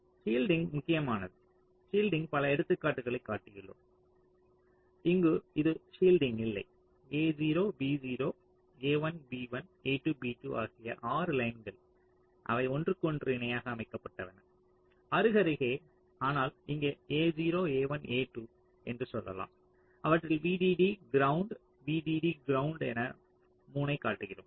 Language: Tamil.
ஷீல்டிங் முக்கியமானது ஷீல்டிங் பல எடுத்துக்காட்டுகளைக் காட்டியுள்ளோம் இங்கு இது ஷீல்டிங் இல்லை a0 b0 a1 b1 a2 b2 ஆகிய 6 லைன்கள் அவை ஒன்றுக்கொன்று இணையாக அமைக்கப்பட்டன அருகருகே ஆனால் இங்கே a0 a1 a2 என்று சொல்லலாம் அவற்றில் VDD ground VDD ground என 3 யை காட்டுகிறோம்